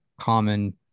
common